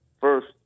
first